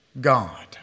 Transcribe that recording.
God